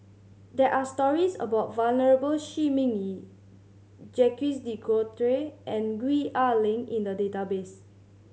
there are stories about Venerable Shi Ming Yi Jacques De Coutre and Gwee Ah Leng in the database